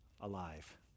alive